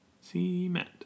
Cement